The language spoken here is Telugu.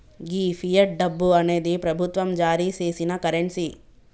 గీ ఫియట్ డబ్బు అనేది ప్రభుత్వం జారీ సేసిన కరెన్సీ